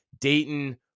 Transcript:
Dayton